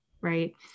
right